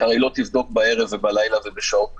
הרי לא תבדוק בערב, בלילה ובשעות קשות,